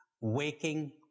waking